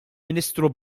ministru